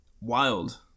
Wild